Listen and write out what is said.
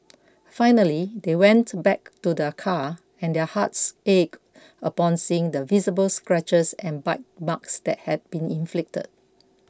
finally they went back to their car and their hearts ached upon seeing the visible scratches and bite marks that had been inflicted